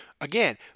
Again